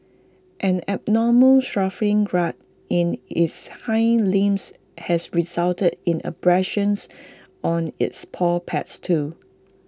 an abnormal shuffling gait in its hind limbs has resulted in abrasions on its paw pads too